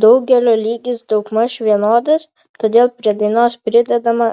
daugelio lygis daugmaž vienodas todėl prie dainos pridedama